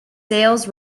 sales